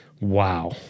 wow